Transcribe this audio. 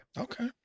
Okay